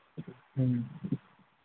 ꯎꯝ